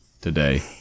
today